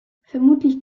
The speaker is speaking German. vermutlich